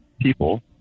people